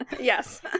yes